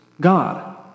God